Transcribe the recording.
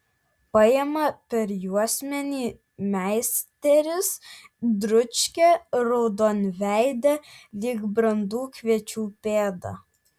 paima per juosmenį meisteris dručkę raudonveidę lyg brandų kviečių pėdą